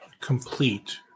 complete